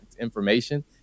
information